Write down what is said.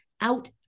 Out